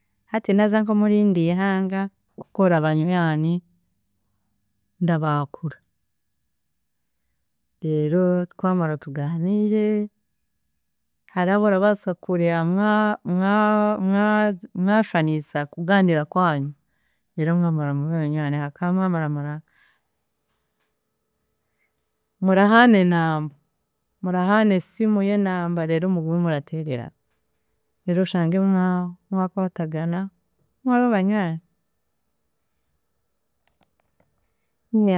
Hati naaza nk'omurindi ihanga, kukora abanywani, ndabaakura, reero twamara tugaaniire, hariho aborabaasa kureeha mwa- mwa- mwa- mwa- mwashwaniisa kugaaniira kwanyu reero mwamara mube abanywani ahaakuba mwamara mura, murahaana enamba, murahaana esimu y'e namba reero, mugume murateererana reero oshange mwa- mwakwatagana mwaba abanywanyi.